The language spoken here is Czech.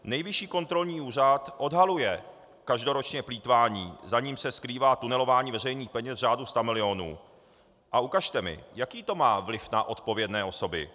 Nejvyšší kontrolní úřad odhaluje každoročně plýtvání, za nímž se skrývá tunelování veřejných peněz v řádu stamilionů, a ukažte mi, jaký to má vliv na odpovědné osoby?